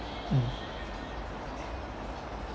mm